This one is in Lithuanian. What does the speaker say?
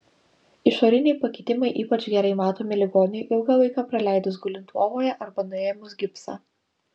išoriniai pakitimai ypač gerai matomi ligoniui ilgą laiką praleidus gulint lovoje arba nuėmus gipsą